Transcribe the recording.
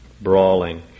brawling